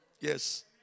Yes